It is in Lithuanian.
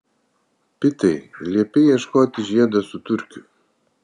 pitai liepei ieškoti žiedo su turkiu